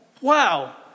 Wow